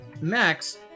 Max